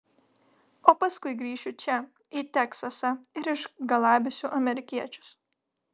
o paskui grįšiu čia į teksasą ir išgalabysiu amerikiečius